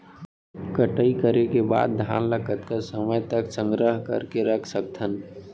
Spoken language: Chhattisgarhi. कटाई के बाद धान ला कतका समय तक संग्रह करके रख सकथन?